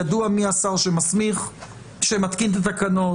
ידוע מי השר שמתקין את התקנות,